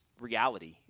reality